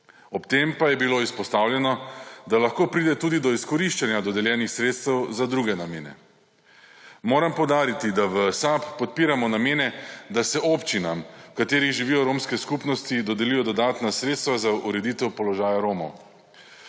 Ob tem pa je bilo izpostavljeno, da lahko pride tudi do izkoriščanja dodeljenih sredstev za druge namene. Moram poudariti, da v SAB podpiramo namene, da se občinam v katerih živijo romske skupnosti dodelijo dodatna sredstva za ureditev položaja Romov.